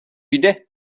jde